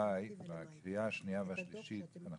שאולי בקריאה השנייה והשלישית אנחנו